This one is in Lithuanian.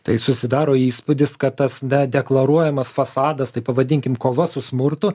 tai susidaro įspūdis kad tas da deklaruojamas fasadas taip pavadinkim kova su smurtu